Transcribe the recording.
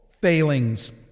failings